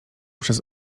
przez